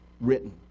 written